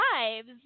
lives